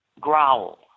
growl